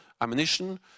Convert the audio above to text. ammunition